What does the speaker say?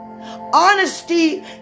Honesty